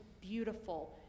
beautiful